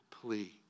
plea